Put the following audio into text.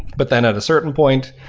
but then at a certain point,